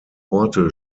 orte